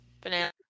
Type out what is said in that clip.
Banana